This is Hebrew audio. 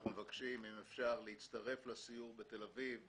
אנחנו מבקשים, אם אפשר, להצטרף לסיור בתל-אביב.